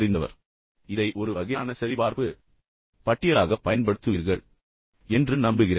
இந்த விரிவுரை அதைச் செய்ய உங்களுக்கு உதவும் என்றும் இதை ஒரு வகையான சரிபார்ப்பு பட்டியலாகப் பயன்படுத்துவீர்கள் என்றும் நம்புகிறேன்